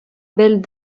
belle